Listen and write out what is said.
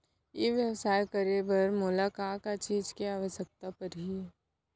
ई व्यवसाय करे बर मोला का का चीज के आवश्यकता परही?